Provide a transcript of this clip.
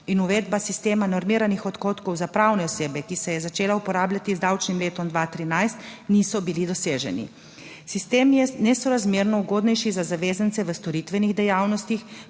in uvedba sistema normiranih odhodkov za pravne osebe, ki se je začela uporabljati z davčnim letom 2013, niso bili doseženi. Sistem je nesorazmerno ugodnejši za zavezance v storitvenih dejavnostih